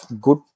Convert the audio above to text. good